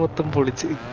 the bullets if